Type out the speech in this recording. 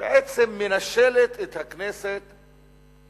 שבעצם מנשלת את הכנסת מכל אפשרות של השפעה על סדר העדיפויות